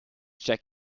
jack